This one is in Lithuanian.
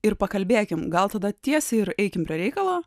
ir pakalbėkim gal tada tiesiai ir eikim prie reikalo